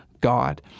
God